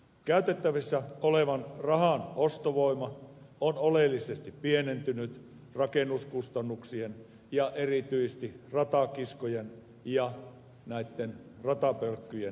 käytettävissä olevan rahan ostovoima on oleellisesti pienentynyt rakennuskustannuksien ja erityisesti ratakiskojen ja ratapölkkyjen hinnannousun johdosta